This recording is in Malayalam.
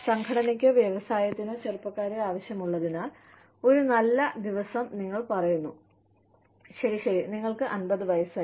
സംഘടനയ്ക്കോ വ്യവസായത്തിനോ ചെറുപ്പക്കാരെ ആവശ്യമുള്ളതിനാൽ ഒരു നല്ല ദിവസം നിങ്ങൾ പറയുന്നു ശരി ശരി നിങ്ങൾക്ക് 50 വയസ്സായി